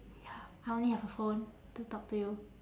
ya I only have a phone to talk to you